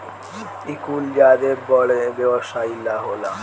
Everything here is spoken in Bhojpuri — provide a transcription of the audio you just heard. इ कुल ज्यादे बड़ व्यवसाई ला होला